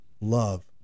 love